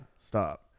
stop